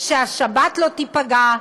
שהשבת לא תיפגע,